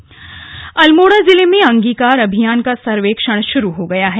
अंगीकार अभियान अल्मोड़ा जिले में अंगीकार अभियान का सर्वेक्षण शुरू हो गया है